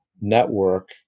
network